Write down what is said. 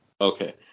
Okay